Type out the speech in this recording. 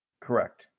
Correct